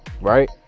right